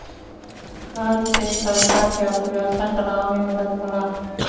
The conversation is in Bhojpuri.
कर से सरकार के अर्थव्यवस्था चलावे मे मदद होला